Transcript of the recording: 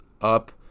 up